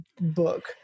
book